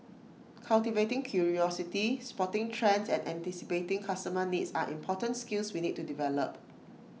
cultivating curiosity spotting trends and anticipating customer needs are important skills we need to develop